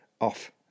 off